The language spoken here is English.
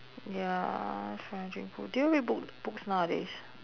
ya do you read bo~ books nowadays